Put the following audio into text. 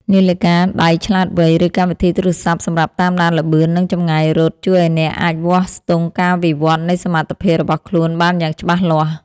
នាឡិកាដៃឆ្លាតវៃ ឬកម្មវិធីទូរសព្ទសម្រាប់តាមដានល្បឿន និងចម្ងាយរត់ ជួយឱ្យអ្នកអាចវាស់ស្ទង់ការវិវឌ្ឍនៃសមត្ថភាពរបស់ខ្លួនបានយ៉ាងច្បាស់លាស់។